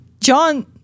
John